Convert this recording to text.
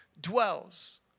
dwells